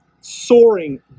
soaring